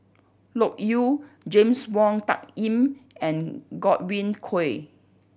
Loke Yew James Wong Tuck Yim and Godwin Koay